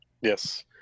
Yes